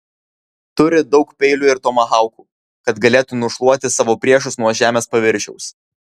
turi daug peilių ir tomahaukų kad galėtų nušluoti savo priešus nuo žemės paviršiaus